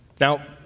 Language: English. Now